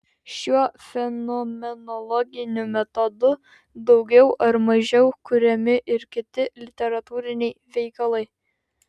šiuo fenomenologiniu metodu daugiau ar mažiau kuriami ir kiti literatūriniai veikalai